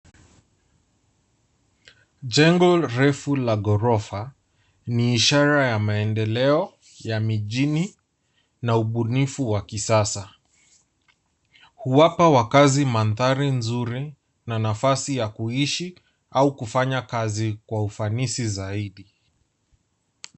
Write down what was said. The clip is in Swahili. Jengo refu la ghorofa ni ishara ya maendeleo ya mijini na ubunifu wa kisasa. Huwapa wakazi mandhari nzuri na nafasi ya kuishi au kufanya kazi kwa ufanisi zaidi.